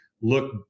look